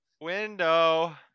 window